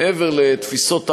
מעבר לתפיסות העולם,